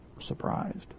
surprised